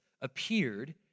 appeared